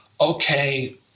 okay